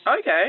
Okay